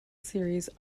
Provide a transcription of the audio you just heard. series